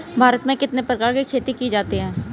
भारत में कितने प्रकार की खेती की जाती हैं?